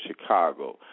Chicago